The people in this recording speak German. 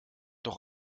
doch